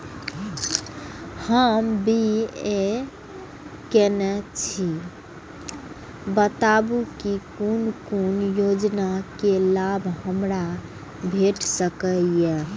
हम बी.ए केनै छी बताबु की कोन कोन योजना के लाभ हमरा भेट सकै ये?